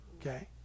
Okay